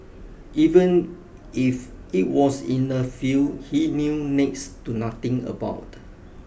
even if it was in a field he knew next to nothing about